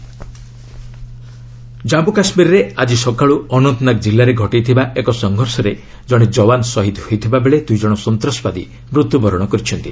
JK encounter Jammu କାଶ୍ମୀରରେ ଆଜି ସକାଳୁ ଅନନ୍ତନାଗ ଜିଲ୍ଲାରେ ଘଟିଥିବା ଏକ ସଂଘର୍ଷରେ ଜଣେ ଯବାନ ଶହୀଦ୍ ହୋଇଥିବାବେଳେ ଦୁଇ ଜଣ ସନ୍ତାସବାଦୀ ମୃତ୍ୟୁବରଣ କରିଛନ୍ତି